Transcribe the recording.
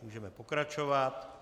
Můžeme pokračovat.